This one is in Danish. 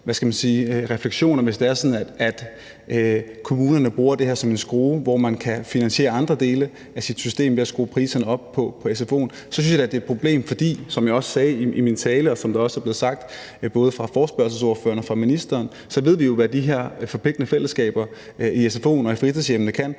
at kommunerne bruger det her som en skrue, hvormed de kan finansiere andre dele af deres system ved at skrue priserne op på sfo'en. Så synes jeg da, at det er et problem, for som jeg også sagde i min tale, og som det også er blevet sagt af både ordføreren for forespørgerne og ministeren, så ved vi jo, hvad de her forpligtende fællesskaber i sfo'en og i fritidshjemmene kan.